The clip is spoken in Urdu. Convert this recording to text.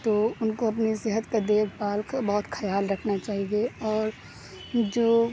تو ان کو اپنی صحت کا دیکھ بھال کا بہت خیال رکھنا چاہیے اور جو